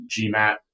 GMAT